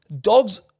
Dogs